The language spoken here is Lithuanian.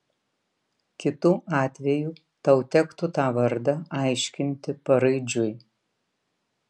kitu atveju tau tektų tą vardą aiškinti paraidžiui